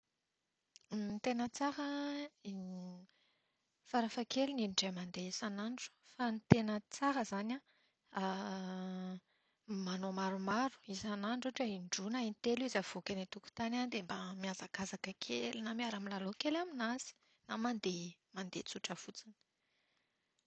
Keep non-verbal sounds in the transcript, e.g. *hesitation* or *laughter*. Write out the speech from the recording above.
*hesitation* Ny tena tsara an *hesitation* fara-fahakeliny indray mandeha isan'andro. Fa ny tena tsara izany an, *hesitation* manao maromaro isanandro ohatra hoe indroa ny in-telo izy avoaka eo an-tokotany dia mba mihazakazaka kely na miara-milalao kely aminazy. Na mandeha mandeha tsotra fotsiny.